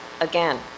again